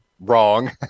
wrong